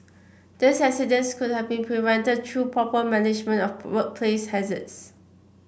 these accidents could have been prevented through proper management of workplace hazards